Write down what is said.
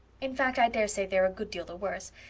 in fact, i daresay they're a good deal the worse.